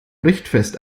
richtfest